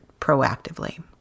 proactively